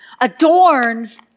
adorns